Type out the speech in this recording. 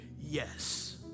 yes